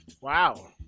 Wow